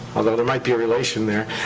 although there might be a relation there.